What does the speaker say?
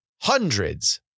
hundreds